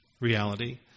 reality